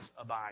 abide